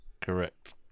Correct